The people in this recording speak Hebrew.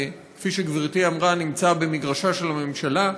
שכפי שגברתי אמרה נמצא במגרשה של הממשלה,